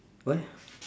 what